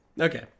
Okay